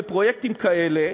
הבנקים בפרויקטים כאלה,